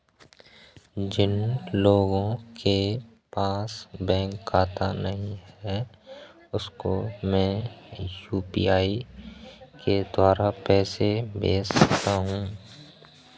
जिन लोगों के पास बैंक खाता नहीं है उसको मैं यू.पी.आई के द्वारा पैसे भेज सकता हूं?